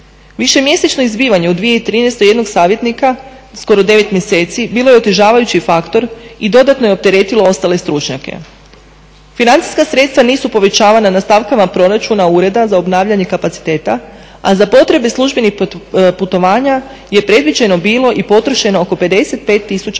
Višemjesečno izbivanje u 2013. jednog savjetnika skoro 9 mjeseci bilo je otežavajući faktor i dodatno je opteretilo ostale stručnjake. Financijska sredstva nisu povećavana na stavkama proračuna ureda za obnavljanje kapaciteta, a za potrebe službenih putovanja je predviđeno bilo i potrošeno oko 55 000 kuna.